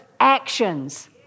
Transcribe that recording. actions